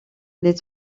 les